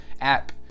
app